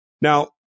Now